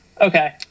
Okay